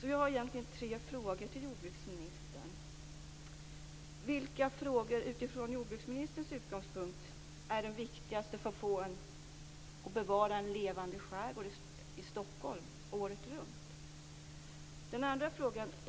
1. Vilka frågor från jordbruksministerns utgångspunkt är de viktigaste för att få och bevara en levande skärgård i Stockholm året runt? 2.